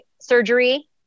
surgery